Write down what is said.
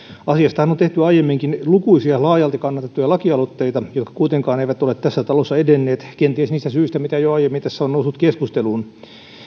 asiastahan on tehty aiemminkin lukuisia laajalti kannatettuja lakialoitteita jotka kuitenkaan eivät ole tässä talossa edenneet kenties niistä syistä mitä jo aiemmin tässä on noussut keskusteluun